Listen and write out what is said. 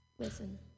listen